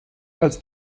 als